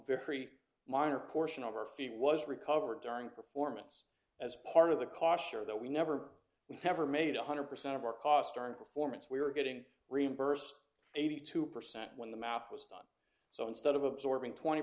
very minor portion of our fee was recovered during performance as part of the caution that we never we never made one hundred percent of our cost on performance we were getting reimbursed eighty two percent when the math was done so instead of absorbing twenty